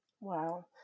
Wow